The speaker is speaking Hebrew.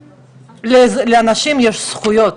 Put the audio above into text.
לאנשים יש זכויות,